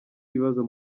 ibibazo